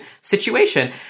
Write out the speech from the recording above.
situation